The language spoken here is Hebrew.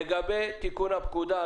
לגבי תיקון הפקודה,